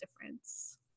difference